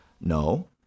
no